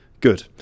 Good